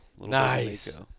Nice